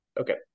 okay